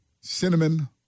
cinnamon